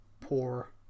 poor